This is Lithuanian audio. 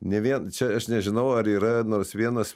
ne vien čia aš nežinau ar yra nors vienas